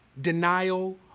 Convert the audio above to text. denial